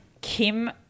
Kim